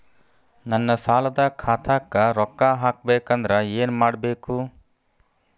ನನ್ನ ಸಾಲದ ಖಾತಾಕ್ ರೊಕ್ಕ ಹಾಕ್ಬೇಕಂದ್ರೆ ಏನ್ ಮಾಡಬೇಕು?